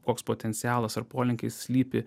koks potencialas ar polinkiai slypi